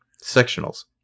Sectionals